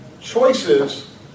Choices